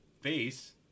face